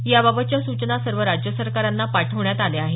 याबाबतच्या सूचना सर्व राज्य सरकारांना पाठवण्यात आल्या आहेत